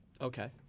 okay